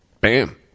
Bam